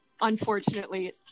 unfortunately